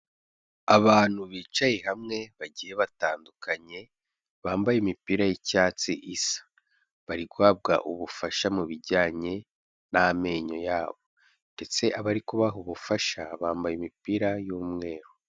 Abantu bicaye hamwe bagiye batandukanye, bambaye imipira y'icyatsi isa, bari guhabwa ubufasha mu bijyanye n'amenyo, ndetse abari kubaha ubufasha bambaye imipira y'umweru.